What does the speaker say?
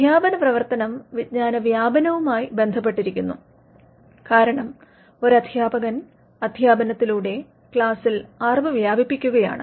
അധ്യാപനപ്രവർത്തനം വിജ്ഞാനാനവ്യാപനവുമായി ബന്ധപ്പെട്ടിരിക്കുന്നു കാരണം ഒരധ്യാപകൻ അധ്യാപനത്തിലൂടെ ക്ലാസ്സിൽ അറിവ് വ്യാപിപ്പിക്കുകയാണ്